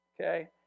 Okay